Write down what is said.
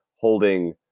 holding